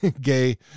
gay